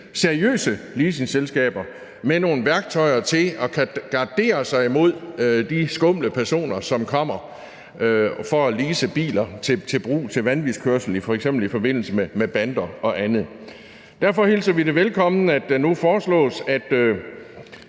seriøse – leasingselskaber med nogle værktøjer til at gardere sig imod de skumle personer, som kommer for at lease biler til brug til vanvidskørsel, f.eks. i forbindelse med bander og andet. Derfor hilser vi det velkommen, at der nu foreslås, at